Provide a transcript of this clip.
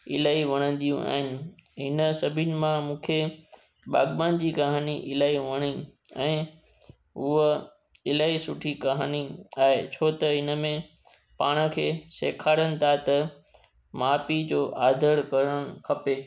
इलाही वणंदियूं आहिनि हिन सभिनि मां मूंखे बाग़बान जी कहानी इलाही वणी ऐं उहा इलाही सुठी कहानी आहे छो त इन में पाण खे सेखारीनि था त माउ पीउ जो आदर करणु खपे